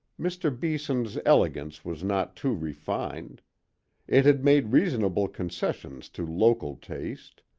mr. beeson's elegance was not too refined it had made reasonable concessions to local taste.